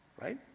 right